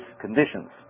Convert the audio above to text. conditions